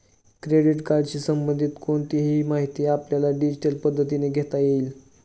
credit कार्डशी संबंधित कोणतीही माहिती आपल्याला डिजिटल पद्धतीने घेता येईल